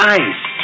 ice